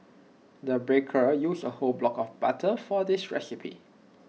the baker used A whole block of butter for this recipe